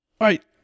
right